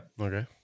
Okay